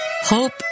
hope